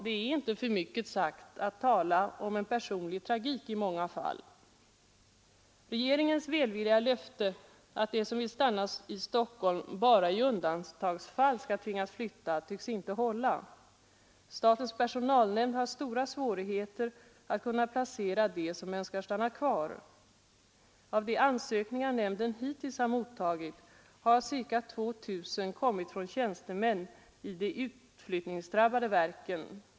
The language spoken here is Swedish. Det är inte för mycket sagt att tala om en personlig tragedi i många fall. Regeringens välvilliga löfte att de som vill stanna i Stockholm bara i undantagsfall skall tvingas flytta tycks inte hålla. Statens personalnämnd har stora svårigheter att placera dem som önskar stanna kvar. Av de ansökningar nämnden hittills har mottagit har ca 2 000 kommit från tjänstemän i de utflyttningsdrabbade verken.